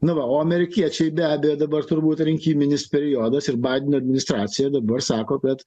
nu va o amerikiečiai be abejo dabar turbūt rinkiminis periodas ir baideno administracija dabar sako kad